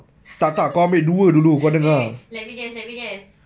wait wait let me guess let me guess